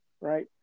right